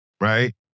Right